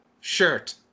shirt